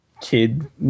kid